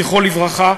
זכרו לברכה,